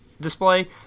display